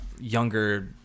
younger